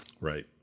Right